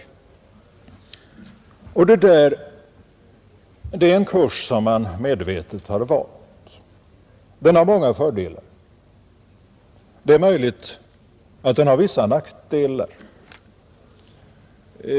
Det är en kurs som man medvetet har valt. Den har många fördelar. Det är möjligt att den har vissa nackdelar.